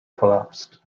collapsed